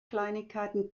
kleinigkeiten